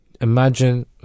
imagine